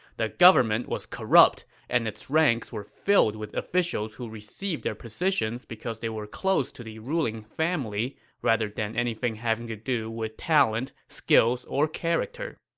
the government was corrupt, and its ranks were filled with officials who received their positions because they were close with the ruling family rather than anything having to do with talent, skills, or character.